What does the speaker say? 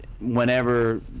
whenever